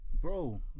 bro